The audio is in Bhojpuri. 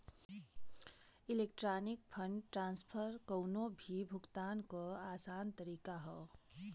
इलेक्ट्रॉनिक फण्ड ट्रांसफर कउनो भी भुगतान क आसान तरीका हौ